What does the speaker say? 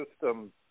system